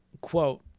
Quote